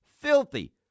filthy